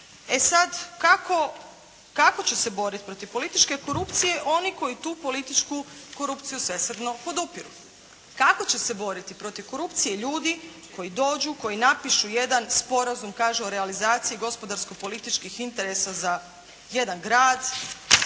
E sad, kako će se boriti protiv političke korupcije oni koji tu političku korupciju svesrdno podupiru? Kako će se boriti protiv korupcije ljudi koji dođu, koji napišu jedan sporazum, kaže o realizaciji gospodarsko-političkih interesa za jedan grad,